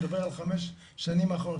אני מדבר על חמש השנים האחרונות.